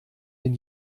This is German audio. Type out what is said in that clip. den